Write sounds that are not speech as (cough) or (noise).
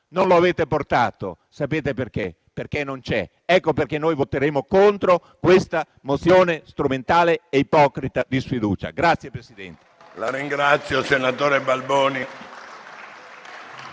Non lo avete portato e sapete perché? Perché non c'è. Ecco perché voteremo contro questa mozione, strumentale e ipocrita, di sfiducia. (applause)